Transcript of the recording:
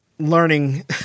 learning